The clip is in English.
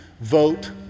vote